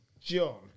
John